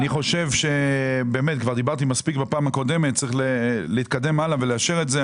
אני חושב שצריך להתקדם הלאה ולאשר את זה.